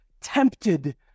tempted